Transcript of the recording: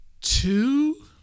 two